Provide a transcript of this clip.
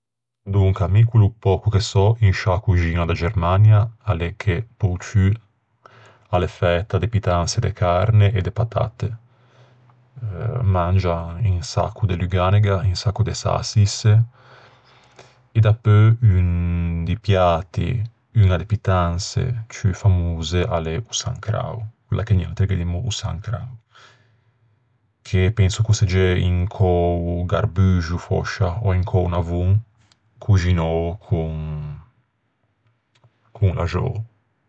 Donca, mi quello che pöco che sò in sciâ coxiña de Germania a l'é che pe-o ciù a l'é fæta de pittanse carne e patatte. Mangian un sacco de luganega, un sacco de säçisse. E dapeu un di piati, uña de pittanse ciù famose a l'é o sancrao, quella che niatri ghe dimmo o sancrao. Che penso ch'o segge un cöo garbuxo fòscia, ò un cöo navon, coxinou con l'axou.